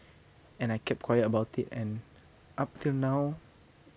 and I kept quiet about it and up till now